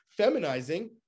feminizing